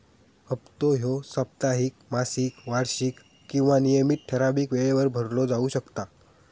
हप्तो ह्यो साप्ताहिक, मासिक, वार्षिक किंवा नियमित ठरावीक वेळेवर भरलो जाउ शकता